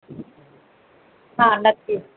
हां नक्की